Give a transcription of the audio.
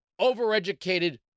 overeducated